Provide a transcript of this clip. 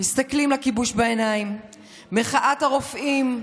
מסתכלים לכיבוש בעיניים, מחאת הרופאים,